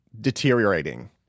deteriorating